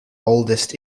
oldest